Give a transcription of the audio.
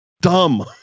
dumb